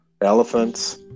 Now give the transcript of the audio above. Elephants